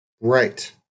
right